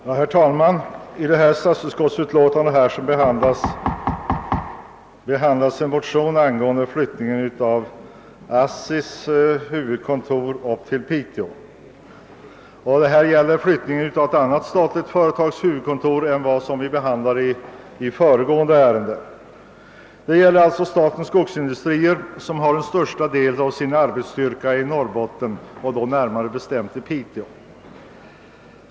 Herr talman! I detta statusutskottsutlåtande behandlas en motion angående flyttning av ASSI:s huvudkontor till Piteå. Det gäller nu alltså ett annat statligt företag än det vi behandlade under föregående punkt på föredragsningslistan. Statens skogsindustrier har den största delen av sin arbetsstyrka i Norrbotten, närmare bestämt i Piteå.